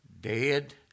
dead